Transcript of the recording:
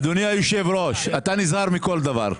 אדוני היושב ראש, אתה נזהר מכל דבר.